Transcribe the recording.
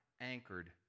anchored